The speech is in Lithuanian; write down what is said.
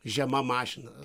žema mašina